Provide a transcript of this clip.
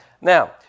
Now